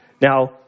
Now